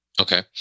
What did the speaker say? Okay